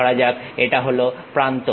ধরা যাক এটা হল প্রান্ত